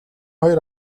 хоёр